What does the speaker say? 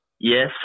Yes